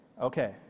Okay